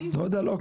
לא יודע, לא?